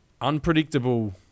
unpredictable